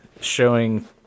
showing